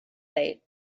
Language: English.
late